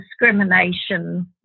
discrimination